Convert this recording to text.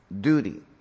duty